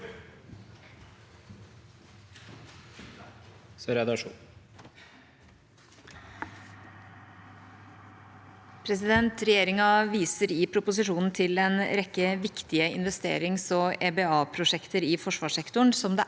le- der): Regjeringa viser i proposisjonen til en rekke viktige investerings- og EBA-prosjekter i forsvarssektoren som det